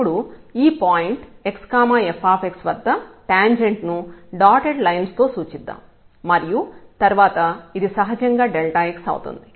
ఇప్పుడు ఈ point x f వద్ద టాంజెంట్ ను డాటెడ్ లైన్స్ తో సూచిద్దాం మరియు తర్వాత ఇది సహజంగా x అవుతుంది